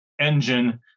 engine